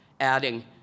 adding